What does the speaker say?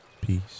Peace